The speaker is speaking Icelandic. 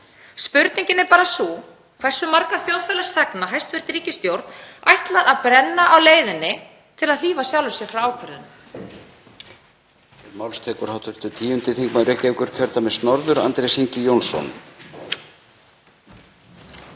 Spurningin er bara sú hversu marga þjóðfélagsþegna hæstv. ríkisstjórn ætlar að brenna á leiðinni til að hlífa sjálfri sér frá ákvörðunum.